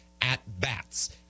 at-bats